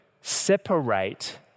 separate